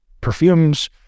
perfumes